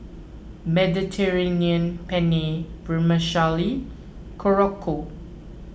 Mediterranean Penne Vermicelli Korokke